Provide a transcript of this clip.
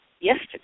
yesterday